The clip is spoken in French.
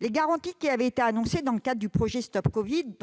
les garanties qui avaient été annoncées dans le cadre du projet StopCovid,